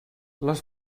les